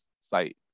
site